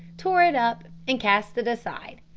tore it up, and cast it aside.